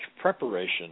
preparation